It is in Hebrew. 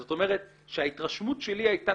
זאת אומרת שההתרשמות שלי הייתה,